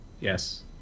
Yes